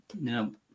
No